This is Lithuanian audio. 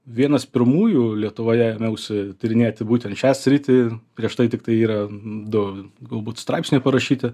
vienas pirmųjų lietuvoje ėmiausi tyrinėti būtent šią sritį prieš tai tiktai yra du galbūt straipsniai parašyti